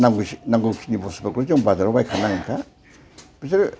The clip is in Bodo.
नांगौ खिनि बुसथुफोरखौ जों बाजारावनो बायखानांगोनखा बेसोर